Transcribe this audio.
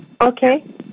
Okay